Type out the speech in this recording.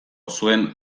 zuen